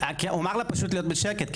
הוא אמר לה פשוט להיות בשקט,